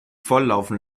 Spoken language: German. volllaufen